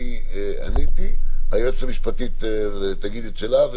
אני עניתי, היועצת המשפטית תגיד את שלה.